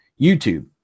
YouTube